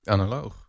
Analoog